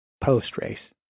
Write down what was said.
post-race